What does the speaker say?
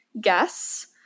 guess